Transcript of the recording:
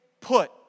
put